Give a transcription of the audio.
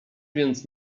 więc